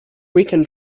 weekend